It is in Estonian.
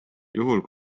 juhul